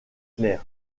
clair